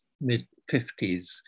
mid-50s